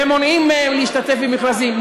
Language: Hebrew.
ומונעים מהם להשתתף במכרזים,